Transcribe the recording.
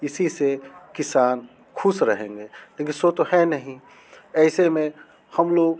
इसी से किसान खुश रहेंगे लेकिन सो तो है नहीं ऐसे में हम लोग